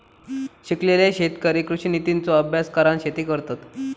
शिकलेले शेतकरी कृषि नितींचो अभ्यास करान शेती करतत